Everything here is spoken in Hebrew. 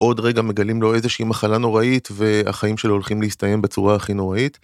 עוד רגע מגלים לו איזושהי מחלה נוראית והחיים שלו הולכים להסתיים בצורה הכי נוראית.